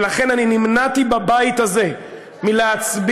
ולכן אני נמנעתי בבית הזה מלהצביע,